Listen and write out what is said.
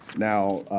now,